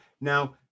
Now